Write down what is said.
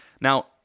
Now